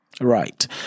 Right